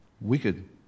wicked